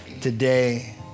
today